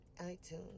iTunes